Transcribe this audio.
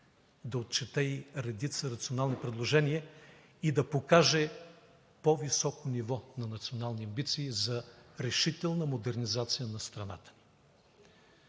да отчете и редица рационални предложения и да покаже по-високо ниво на национални амбиции за решителна модернизация на страната